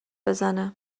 بزنه